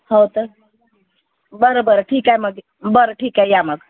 हो तर बरं बरं ठीक आहे मग बरं ठीक आहे या मग